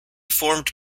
formed